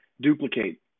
duplicate